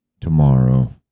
tomorrow